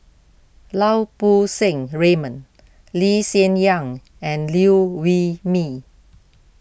Lau Poo Seng Raymond Lee Hsien Yang and Liew Wee Mee